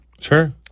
Sure